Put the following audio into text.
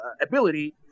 ability